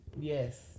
Yes